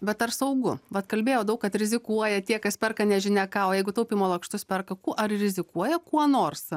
bet ar saugu vat kalbėjo daug kad rizikuoja tie kas perka nežinia ką o jeigu taupymo lakštus perka kuo ar rizikuoja kuo nors